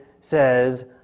says